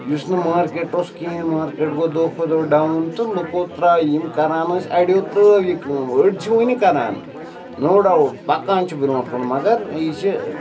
یُس نہٕ مارکیٹ اوس کِہیٖنۍ نہٕ مارکیٹ گوٚو دۄہ کھۄ دۄہ ڈاوُن تہٕ لُکو ترٛایہِ یِم کَران ٲسۍ اَڑیو ترٛٲو یہِ کٲم أڑۍ چھِ وٕنہِ کَران نو ڈاوُٹ پَکان چھِ برٛونٛٹھ کُن مگر یہِ چھِ